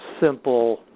simple